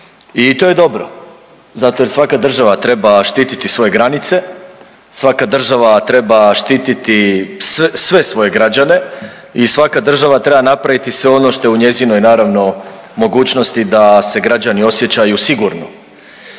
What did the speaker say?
I to je dobro zato jer svaka država treba štititi svoje granice, svaka država treba štititi sve svoje građane i svaka država treba napraviti sve ono što je u njezinoj, naravno, mogućnosti da se građani osjećaju sigurno.